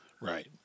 Right